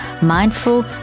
Mindful